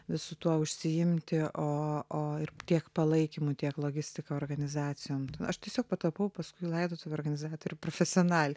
visu tuo užsiimti o o ir tiek palaikymu tiek logistika organizacijom aš tiesiog patapau paskui laidotuvių organizatorių profesionalė